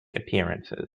appearances